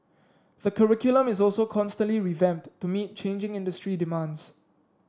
the curriculum is also constantly revamped to meet changing industry demands